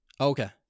Okay